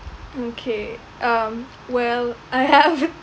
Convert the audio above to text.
okay um well I have